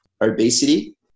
obesity